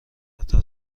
قطار